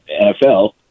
NFL